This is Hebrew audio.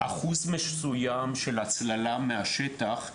אחוז מסוים של הצללה מהשטח,